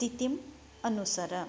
स्थितिम् अनुसर